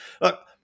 look